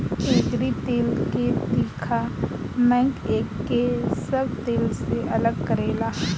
एकरी तेल के तीखा महक एके सब तेल से अलग करेला